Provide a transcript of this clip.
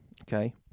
Okay